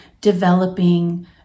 developing